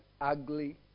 ugly